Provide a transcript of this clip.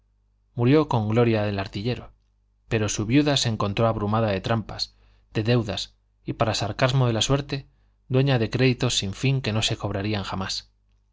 murió con gloria el artillero pero su viuda se encontró abrumada de trampas de deudas y para sarcasmo de la suerte dueña de créditos sin fin que no se cobrarían jamás